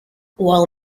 while